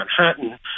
Manhattan